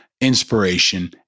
inspiration